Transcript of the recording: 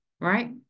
right